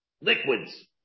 liquids